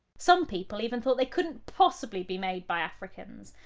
some people even thought they couldn't possibly be made by africans.